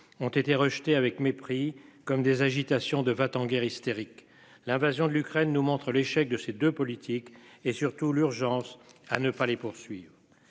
ont été rejeté avec mépris comme des agitations de va-t-en-guerre hystérique. L'invasion de l'Ukraine nous montre l'échec de ses de politique et surtout l'urgence à ne pas les poursuivre.